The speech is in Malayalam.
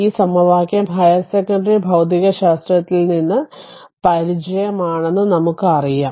ഈ സമവാക്യം ഹയർ സെക്കണ്ടറി ഭൌതികശാസ്ത്രത്തിൽ നിന്ന് പരിചിതമാണെന്ന് നമുക്കറിയാം